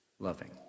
loving